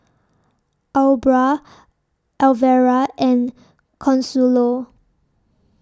Aubra Alvera and Consuelo